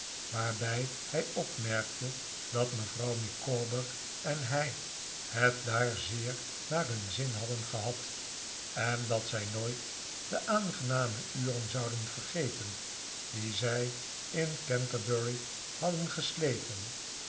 waarbij hij opmerkte dat mevrouw micawber en hij het daar zeer naar hun zin hadden gehad en dat zij nooit de aangename uren zouden vergeten die zij in canterbury hadden gesleten